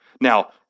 Now